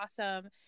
awesome